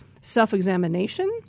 self-examination